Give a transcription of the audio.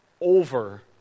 over